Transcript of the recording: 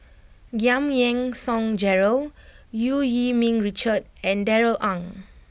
Giam Yean Song Gerald Eu Yee Ming Richard and Darrell Ang